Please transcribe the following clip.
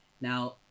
Now